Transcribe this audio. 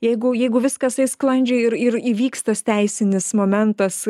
jeigu jeigu viskas eis sklandžiai ir ir įvyks tas teisinis momentas